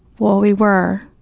well, we were,